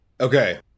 Okay